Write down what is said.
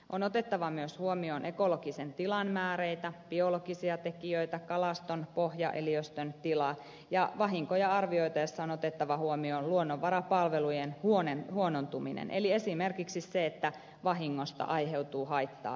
on otettava myös huomioon ekologisen tilan määreitä biologisia tekijöitä kalaston pohjaeliöstön tila ja vahinkoja arvioitaessa on otettava huomioon luonnonvarapalvelujen huonontuminen eli esimerkiksi se että vahingosta aiheutuu haittaa virkistyskäytölle